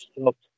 stopped